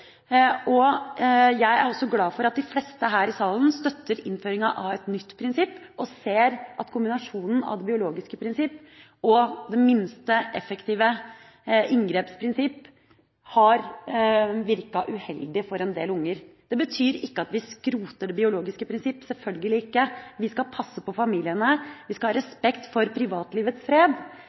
nytt prinsipp, og også ser at kombinasjonen av det biologiske prinsipp og det mildeste effektive inngreps prinsipp har virket uheldig for en del unger. Det betyr ikke at vi skroter det biologiske prinsipp – selvfølgelig ikke. Vi skal passe på familiene, og vi skal ha respekt for privatlivets fred.